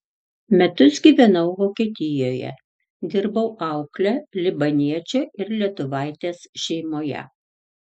metus gyvenau vokietijoje dirbau aukle libaniečio ir lietuvaitės šeimoje